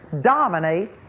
dominate